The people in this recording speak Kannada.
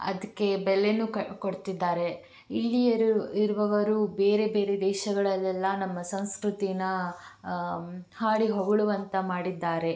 ಅದಕ್ಕೆ ಬೆಲೆನೂ ಕ ಕೊಡ್ತಿದ್ದಾರೆ ಇಲ್ಲಿಯವ್ರು ಇರುವವರು ಬೇರೆ ಬೇರೆ ದೇಶಗಳಲೆಲ್ಲ ನಮ್ಮ ಸಂಸ್ಕೃತಿಯ ಹಾಡಿ ಹೊಗಳುವಂತೆ ಮಾಡಿದ್ದಾರೆ